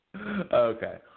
Okay